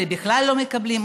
ואלה בכלל לא מקבלים.